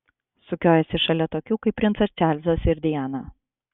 sukiojosi šalia tokių kaip princas čarlzas su diana